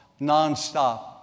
nonstop